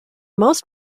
most